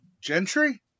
Gentry